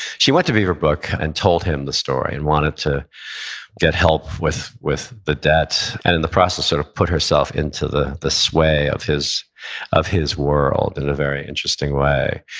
she went to beaverbrook and told him the story and wanted to get help with with the debt. and in the process, sort of put herself into the the sway of his of his world in a very interesting way.